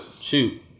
Shoot